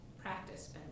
practice